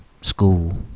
school